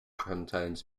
contains